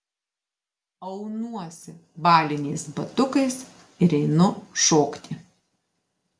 aunuosi baliniais batukais ir einu šokti